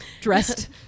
dressed